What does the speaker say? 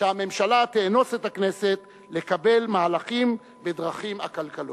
שהממשלה תאנוס את הכנסת לקבל מהלכים בדרכים עקלקלות.